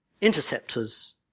interceptors